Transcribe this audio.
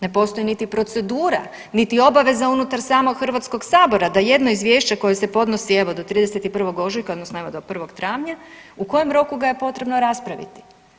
Ne postoji niti procedura, niti obaveza unutar samog Hrvatskog sabora da jedno izvješće koje se podnosi evo do 31. ožujka, odnosno evo do 1. travnja u kojem roku ga je potrebno raspraviti.